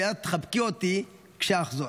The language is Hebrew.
ואת תחבקי אותי כשאחזור.